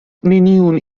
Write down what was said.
neniun